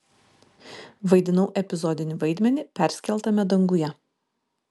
vaidinau epizodinį vaidmenį perskeltame danguje